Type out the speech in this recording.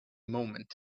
moment